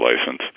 license